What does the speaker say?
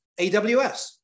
AWS